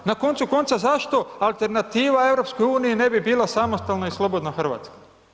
Na koncu konca, zašto alternativa EU ne bi bila samostalna i slobodna Hrvatska.